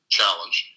challenge